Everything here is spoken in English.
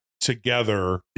together